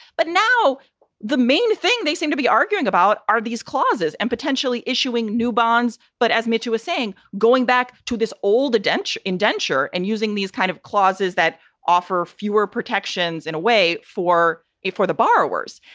but now the main thing they seem to be arguing about are these clauses and potentially issuing new bonds. but as mitchell was saying, going back to this old dench indenture and using these kind of clauses that offer fewer protections in a way for it for the borrowers.